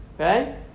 Okay